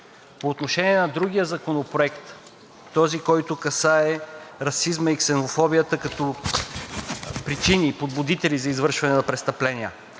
По отношение на другия законопроект – този законопроект, който касае расизма и ксенофобията като причини, подбудители за извършване на престъпления,